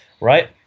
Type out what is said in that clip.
Right